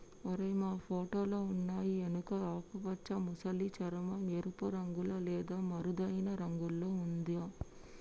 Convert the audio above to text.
ఓరై మా ఫోటోలో ఉన్నయి ఎనుక ఆకుపచ్చ మసలి చర్మం, ఎరుపు రంగులో లేదా మరేదైనా రంగులో ఉందా